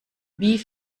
wie